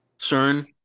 CERN